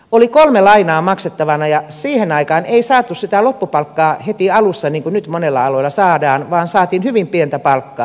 oli kolme lainaa maksettavana ja siihen aikaan ei saatu sitä loppupalkkaa heti alussa niin kuin nyt monilla aloilla saadaan vaan saatiin hyvin pientä palkkaa